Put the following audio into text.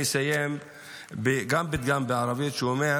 אני אסיים גם בפתגם בערבית שאומר